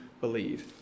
Believe